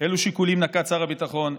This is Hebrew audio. אילו שיקולים נקט שר הביטחון,